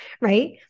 right